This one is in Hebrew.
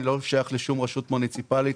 אני לא שייך לשום רשות מוניציפלית,